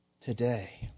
today